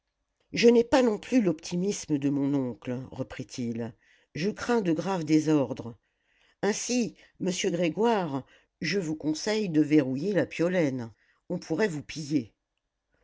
je n'ai pas non plus l'optimisme de mon oncle reprit-il je crains de graves désordres ainsi monsieur grégoire je vous conseille de verrouiller la piolaine on pourrait vous piller